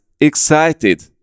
excited